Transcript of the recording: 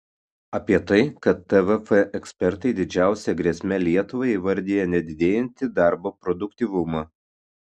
apie tai kad tvf ekspertai didžiausia grėsme lietuvai įvardija nedidėjantį darbo produktyvumą